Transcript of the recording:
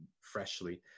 freshly